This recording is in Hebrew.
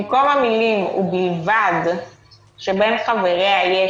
במקום המילים: "ובלבד שבין חבריה יש